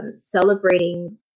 Celebrating